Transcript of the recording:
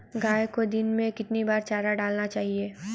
गाय को दिन में कितनी बार चारा डालना चाहिए?